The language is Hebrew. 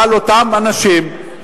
אבל אותם אנשים,